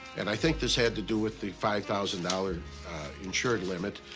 and i think this had to do with the five thousand dollars insured limit.